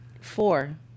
Four